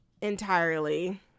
entirely